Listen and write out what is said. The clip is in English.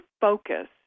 focus